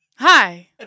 hi